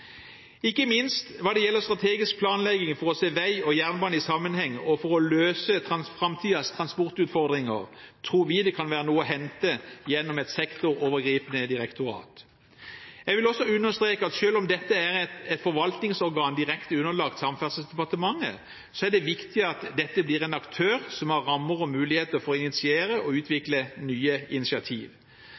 Ikke minst hva gjelder strategisk planlegging for å se vei og jernbane i sammenheng og for å løse framtidens transportutfordringer, tror vi det kan være noe å hente gjennom et sektorovergripende direktorat. Jeg vil også understreke at selv om dette er et forvaltningsorgan direkte underlagt Samferdselsdepartementet, er det viktig at det blir en aktør som har rammer og muligheter for å initiere og utvikle nye initiativ.